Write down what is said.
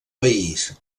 país